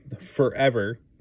forever